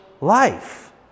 life